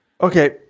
Okay